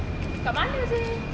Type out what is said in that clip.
kat mana seh